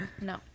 No